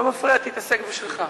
אני לא מפריע, תתעסק בשלך.